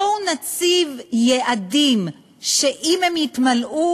בואו נציב יעדים שאם הם יתמלאו,